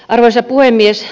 arvoisa puhemies